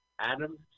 Adam